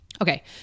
Okay